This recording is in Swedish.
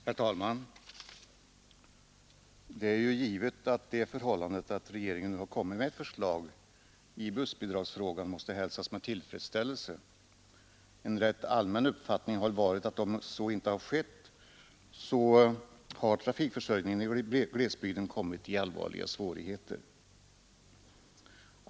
Herr talman! Det är givet att det förhållandet att regeringen nu har framlagt ett förslag i bussbidragsfrågan måste hälsas med tillfredsställelse. En rätt allmän uppfattning har varit att om så nu inte skett, hade trafikförsörjningen i glesbygden kommit i allvarliga svårigheter.